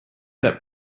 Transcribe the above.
that